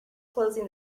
closing